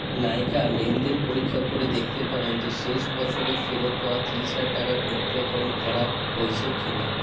নাইকা লেনদেন পরীক্ষা করে দেখতে পারেন যে শেষ বছর এ ফেরত পাওয়া ত্রিশ হাজার টাকার প্রক্রিয়াকরণ করা হয়েছে কিনা